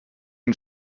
and